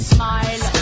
Smile